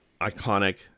iconic